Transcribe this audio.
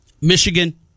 Michigan